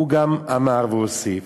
הוא גם אמר והוסיף